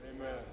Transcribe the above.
Amen